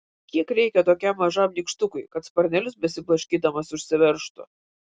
kiek reikia tokiam mažam nykštukui kad sparnelius besiblaškydamas užsiveržtų